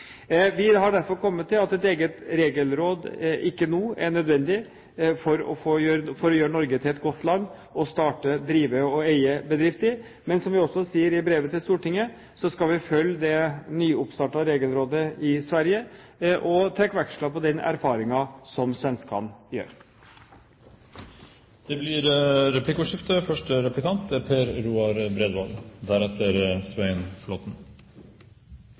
Vi har derfor kommet til at et eget regelråd ikke nå er nødvendig for å gjøre Norge til et godt land å starte, drive og eie bedrift i. Men som vi også sier i brevet til Stortinget, skal vi følge det nyopprettede Regelrådet i Sverige og trekke veksler på den erfaringen som svenskene gjør. Det blir replikkordskifte.